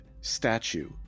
statue